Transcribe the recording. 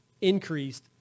increased